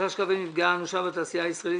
חשש כבד מפגיעה אנושה בתעשייה הישראלית